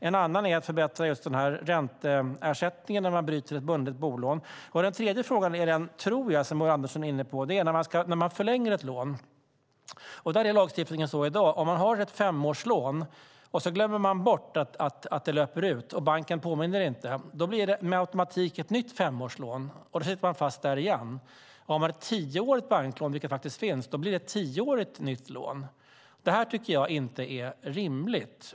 En annan är att förbättra just ränteersättningen när man bryter ett bundet bolån. Den tredje frågan tror jag är den som Ulla Andersson är inne på, nämligen vad som gäller när man förlänger ett lån. I dag är lagstiftningen sådan att om man har ett femårslån och sedan glömmer bort att det löper ut - banken påminner inte om det - blir det med automatik ett nytt femårslån. Då sitter man fast med det igen. Har man ett tioårigt banklån, vilket faktiskt förekommer, blir det ett tioårigt nytt lån. Detta är inte rimligt.